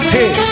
Hey